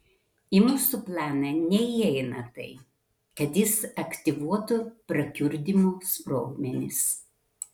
į mūsų planą neįeina tai kad jis aktyvuotų prakiurdymo sprogmenis